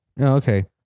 okay